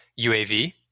UAV